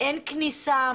אין כניסה,